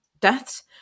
deaths